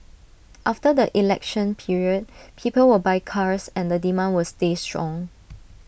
after the election period people will buy cars and the demand will stay strong